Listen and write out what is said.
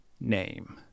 name